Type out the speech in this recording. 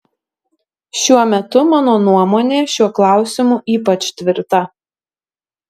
šiuo metu mano nuomonė šiuo klausimu ypač tvirta